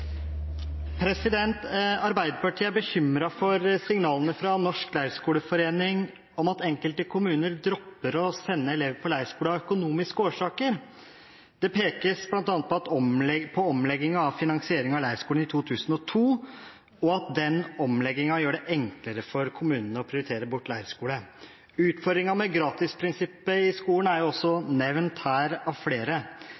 for signalene fra Norsk Leirskoleforening om at enkelte kommuner dropper å sende elever på leirskole av økonomiske årsaker. Det pekes bl.a. på omleggingen av finansieringen av leirskole i 2002, og at den omleggingen gjør det enklere for kommunen å ikke prioritere leirskole. Utfordringen med gratisprinsippet i skolen er